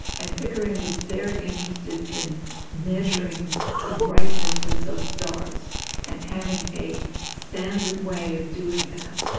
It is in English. and pickering was very interested in measuring the brightnesses of stars and having a standard way of doing that,